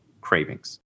cravings